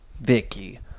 Vicky